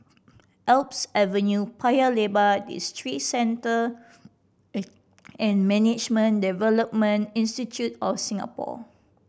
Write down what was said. Alps Avenue Paya Lebar Districenter and Management Development Institute of Singapore